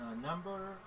number